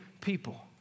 people